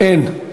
אין.